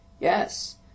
Yes